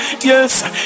Yes